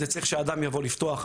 צריך שאדם יבוא וייפתח,